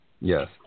Yes